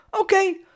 Okay